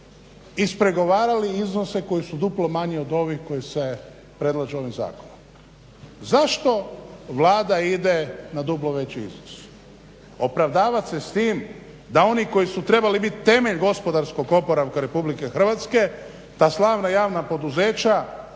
ispregovarali iznose koji su duplo manji od ovih koje se predlaže ovim zakonom. Zašto Vlada ide na duplo veći iznos? Opravdavat se s tim da oni koji su trebali bit temelje gospodarskog oporavka Republike Hrvatske, ta slavna i javna poduzeća